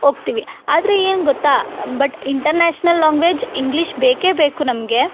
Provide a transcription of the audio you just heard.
ಹೋಗ್ತಿವಿ ಆದರೆ ಏನು ಗೊತ್ತಾ ಬಟ್ ಇಂಟರ್ನ್ಯಾಷನಲ್ ಲೊಂಗ್ವೇಜ್ ಇಂಗ್ಲಿಷ್ ಬೇಕೇ ಬೇಕು ನಮಗೆ